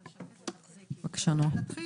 בבקשה, נעה.